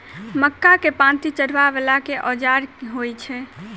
मक्का केँ पांति चढ़ाबा वला केँ औजार होइ छैय?